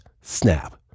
snap